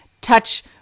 touch